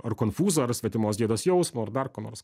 ar konfūzo ar svetimos gėdos jausmo ar dar ko nors